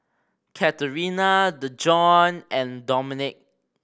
Katerina Dejon and Domenic